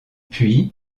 puis